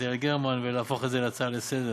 יעל גרמן ולהפוך אותה להצעה לסדר-היום.